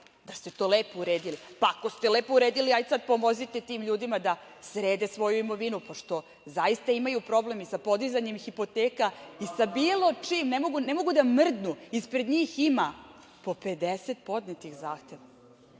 da ste to lepo uredili. Ako ste lepo uredili, hajde sad pomozite tim ljudima da srede svoju imovinu, pošto zaista imaju problem i sa podizanjem hipoteka i sa bilo čim, ne mogu da mrdnu, ispred njih ima po 50 podnetih zahteva.